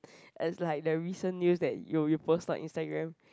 as like the recent news that you you post on Instagram